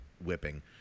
whipping